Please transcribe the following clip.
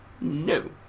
no